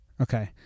okay